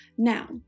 Now